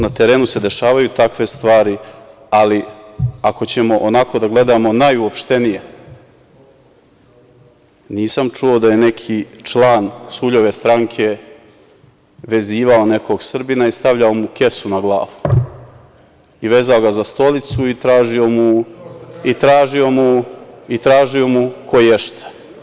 Na terenu se dešavaju takve stvari, ali, ako ćemo onako da gledamo, najuopštenije, nisam čuo da je neki član Suljove stranke vezivao nekog Srbina i stavljao mu kesu na glavu, vezao ga za stolicu i tražio mu koješta.